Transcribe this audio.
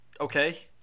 okay